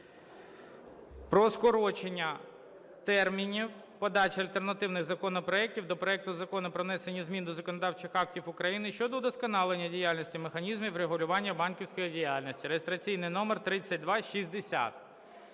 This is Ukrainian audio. про скорочення термінів подачі альтернативних законопроектів до проекту Закону "Про внесення змін до законодавчих актів України щодо вдосконалення деяких механізмів регулювання банківської діяльності" (реєстраційний №3260).